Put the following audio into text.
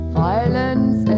violence